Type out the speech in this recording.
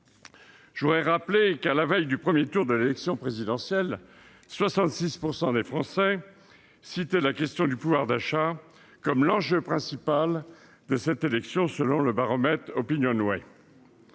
Je voudrais rappeler que, à la veille du premier tour de l'élection présidentielle, 66 % des Français citaient la question du pouvoir d'achat comme l'enjeu principal de cette élection, selon le baromètre OpinionWay.